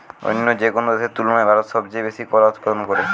অন্য যেকোনো দেশের তুলনায় ভারত সবচেয়ে বেশি কলা উৎপাদন করে